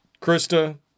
Krista